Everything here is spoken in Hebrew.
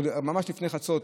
ממש לפני חצות,